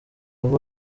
aho